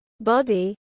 body